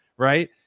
Right